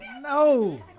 No